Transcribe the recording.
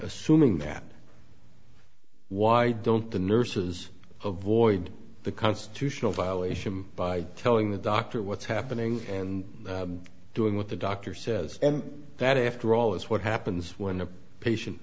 assuming that why don't the nurses avoid the constitutional violation by telling the doctor what's happening and doing what the doctor says that after all is what happens when a patient